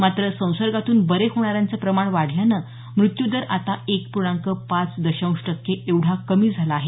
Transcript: मात्र संसर्गातून बरे होणाऱ्यांचं प्रमाण वाढल्याने मृत्यूदर आता एक पूर्णांक पाच दशांश टक्के एवढा कमी झाला आहे